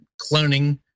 cloning